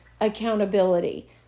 accountability